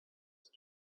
than